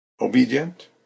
Obedient